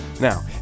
Now